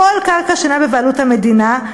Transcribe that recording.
כל קרקע שאינה בבעלות המדינה,